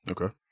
Okay